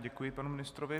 Děkuji panu ministrovi.